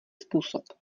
způsob